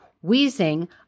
Wheezing